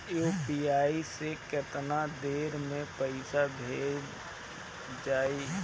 UPI से केतना देर मे पईसा भेजा जाई?